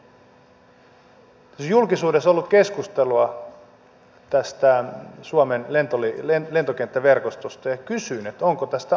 siis julkisuudessa ollut keskustelua tästä suomen lentokenttäverkostosta ja kysyn hallituspuolueilta onko tästä arviota